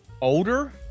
Older